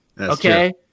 Okay